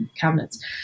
cabinets